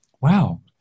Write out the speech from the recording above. wow